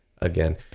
again